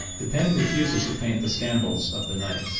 the pen refuses to paint the scandals of the night.